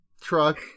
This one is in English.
Truck